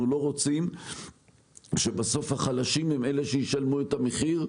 לא רוצים שבסוף החלשים הם אלה שישלמו את המחיר,